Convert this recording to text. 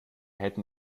hätten